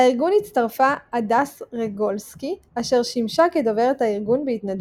לארגון הצטרפה הדס רגולסקי אשר שימשה כדוברת הארגון בהתנדבות.